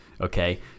Okay